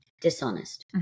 dishonest